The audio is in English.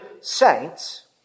saints